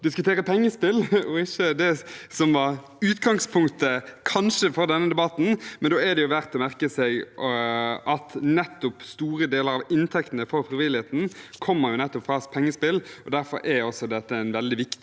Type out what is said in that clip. diskutere pengespill og ikke det som kanskje var utgangspunktet for denne debatten, men da er det verdt å merke seg at store deler av inntektene fra frivilligheten kommer nettopp fra pengespill. Derfor er også dette en veldig viktig